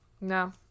no